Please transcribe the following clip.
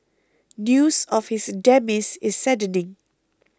news of his demise is saddening